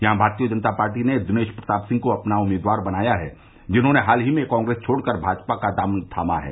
यहां भारतीय जनता पार्टी ने दिनेश प्रताप सिंह को अपना उम्मीदवार बनाया है जिन्होंने हाल ही में कांग्रेस छोड़ कर भाजपा का दामन थामा है